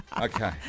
Okay